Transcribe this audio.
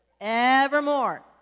Evermore